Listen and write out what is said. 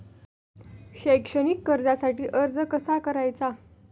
शैक्षणिक कर्जासाठी अर्ज कसा करायचा?